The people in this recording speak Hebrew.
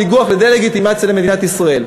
לניגוח ולדה-לגיטימציה למדינת ישראל.